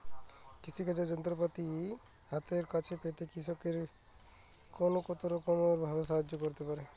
কৃষিকাজের যন্ত্রপাতি হাতের কাছে পেতে কৃষকের ফোন কত রকম ভাবে সাহায্য করতে পারে?